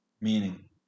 Meaning